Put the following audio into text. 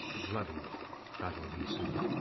bloody battles ensued.